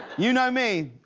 you know me,